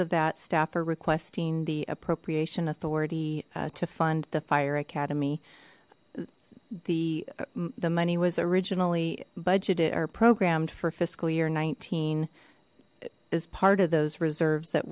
of that staff are requesting the appropriation authority to fund the fire academy the the money was originally budgeted are programmed for fiscal year nineteen as part of those reserves that